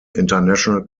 international